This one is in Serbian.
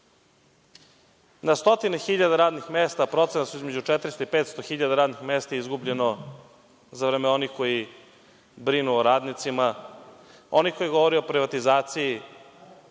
Na stotine hiljada radnih mesta, procene su između 400.000 i 500.000 radnih mesta, izgubljeno je za vreme onih koji brinu o radnicima, onih koji govore o privatizaciji.